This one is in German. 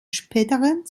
späteren